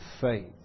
faith